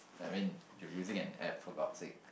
I mean you using an app for god sake